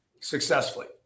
successfully